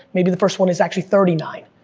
maybe the first one is actually thirty nine,